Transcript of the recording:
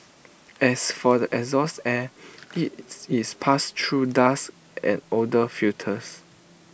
as for the exhaust air its is passed through dust and odour filters